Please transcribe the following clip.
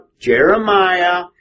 Jeremiah